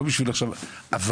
אבל